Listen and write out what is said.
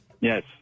Yes